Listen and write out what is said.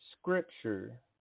scripture